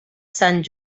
sant